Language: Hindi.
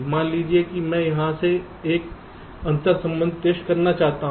मान लीजिए कि मैं यहां से एक अंतर्संबंधों का टेस्ट करना चाहता हूं